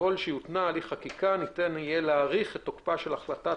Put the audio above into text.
וככל שיותנע הליך חקיקה ניתן יהיה להאריך את תוקפה של החלטת